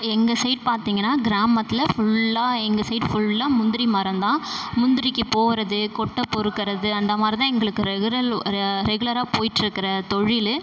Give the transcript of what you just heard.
எங்கள் சைட் பார்த்திங்கன்னா கிராமத்தில் ஃபுல்லாக எங்கள் சைட் ஃபுல்லாக முந்திரி மரம்தான் முந்திரிக்கி போகிறது கொட்டை பொறுக்கிறது அந்தமாரிதான் எங்களுக்கு ரெகுரல் ஒ ர ரெகுலராக போய்ட்ருக்கிற தொழில்